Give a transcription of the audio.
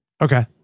Okay